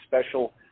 special